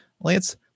Lance